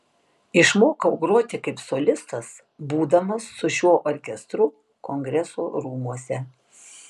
išmokau groti kaip solistas būdamas su šiuo orkestru kongresų rūmuose